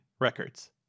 records